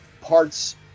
parts